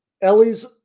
Ellie's